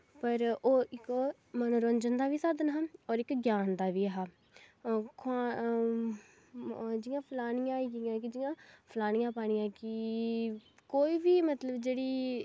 पर ओह् इक मनोंरंजन दा बी साधन हा और इक ग्यान दा बी ऐहा जियां फलौनियां आईयां जियां फलौनियां पानियां की कोई बी मतलव जेह्ड़ी